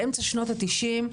באמצע שנות התשעים,